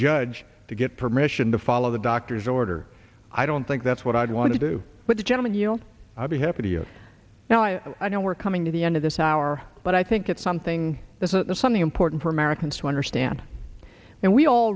judge to get permission to follow the doctor's order i don't think that's what i'd want to do but the gentleman yield i'll be happy to you now i know we're coming to the end of this hour but i think it's something that's a something important for americans to understand and we all